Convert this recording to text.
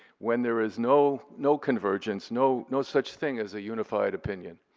when there is no no convergence, no no such thing as a unified opinion?